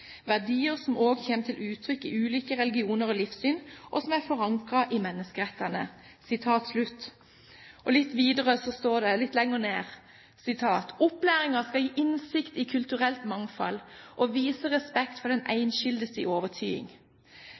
verdiar som òg kjem til uttrykk i ulike religionar og livssyn og som er forankra i menneskerettane.» Litt lenger nede står det: «Opplæringa skal gi innsikt i kulturelt mangfald og vise respekt for den einskilde si overtyding.» Formålsparagrafen inneholder mange elementer som gir sterke oppdrag til skolen om å ta tak i